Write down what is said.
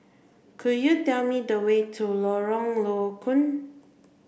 could you tell me the way to Lorong Low Koon